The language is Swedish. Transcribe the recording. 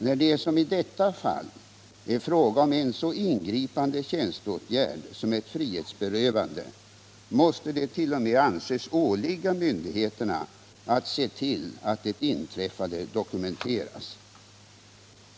När det som i detta fall är fråga om en så ingripande tjänsteåtgärd som ett frihetsberövande måste det t.o.m. anses åligga myndigheterna att se till att det inträffade dokumenteras.